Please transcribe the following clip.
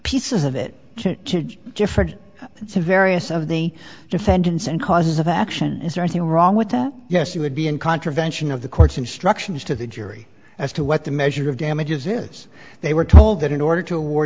pieces of it different to various of the defendants and causes of action is there anything wrong with that yes you would be in contravention of the court's instructions to the jury as to what the measure of damages is they were told that in order to awar